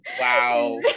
wow